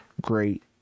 great